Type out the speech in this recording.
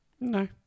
No